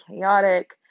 chaotic